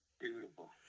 Beautiful